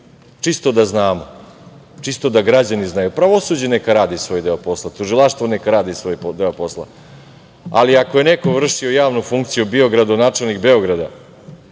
Čisto da znamo. Čisto da građani znaju. Pravosuđe nek radi svoj deo posla. Tužilaštvo nek radi svoj deo posla. Ali ako je neko vršio javnu funkciju bio gradonačelnik Beograda,